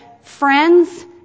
friends